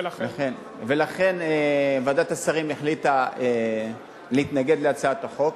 ולכן ועדת השרים החליטה להתנגד להצעת החוק,